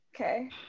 Okay